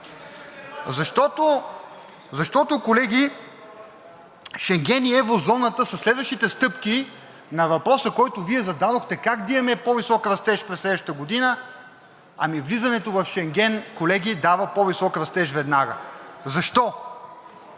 Защото, колеги, Шенген и еврозоната са следващите стъпки на въпроса, който Вие зададохте – как да имаме по-висок растеж през следващата година? Ами влизането в Шенген, колеги, дава по-висок растеж веднага. Защо?